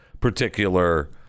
particular